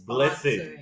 Blessing